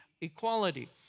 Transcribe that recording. equality